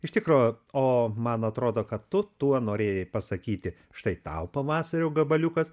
iš tikro o man atrodo kad tu tuo norėjai pasakyti štai tau pavasario gabaliukas